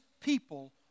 people